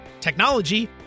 technology